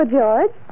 George